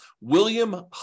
William